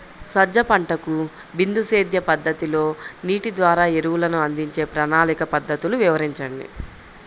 సజ్జ పంటకు బిందు సేద్య పద్ధతిలో నీటి ద్వారా ఎరువులను అందించే ప్రణాళిక పద్ధతులు వివరించండి?